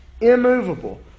immovable